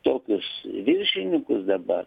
tokius viršinykus dabar